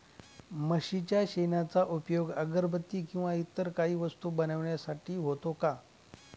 म्हशीच्या शेणाचा उपयोग अगरबत्ती किंवा इतर काही वस्तू बनविण्यासाठी होतो का?